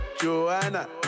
Joanna